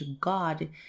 God